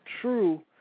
true